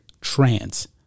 trans